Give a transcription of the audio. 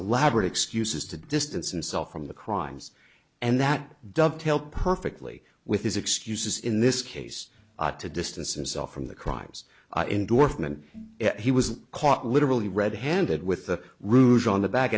elaborate excuses to distance himself from the crimes and that dovetail perfectly with his excuses in this case to distance himself from the crimes in durham and he was caught literally red handed with the rouge on the back